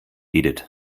edith